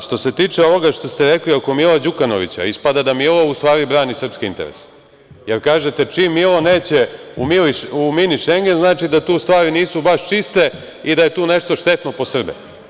Što se tiče ovoga što ste rekli oko Mila Đukanovića, ispada da Milo, u stvari, brani srpski interese, jer kažete – čim Milo neće u „mini Šengen“, znači da tu stvari nisu baš čiste i da je tu nešto štetno po Srbe.